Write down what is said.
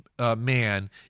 man